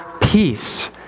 peace